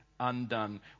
undone